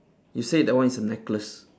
you say that one is a necklace